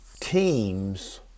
teams